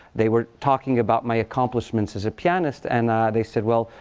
they were talking about my accomplishments as a pianist. and they said, well,